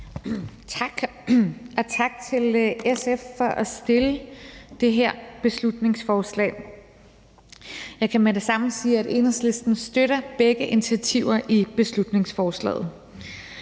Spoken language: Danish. Tak. Og tak til SF for at fremsætte det her beslutningsforslag. Jeg kan med det samme sige, at Enhedslisten støtter begge initiativer i beslutningsforslaget.